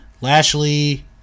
Lashley